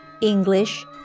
English